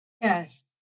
Yes